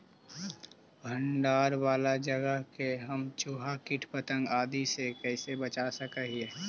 भंडार वाला जगह के हम चुहा, किट पतंग, आदि से कैसे बचा सक हिय?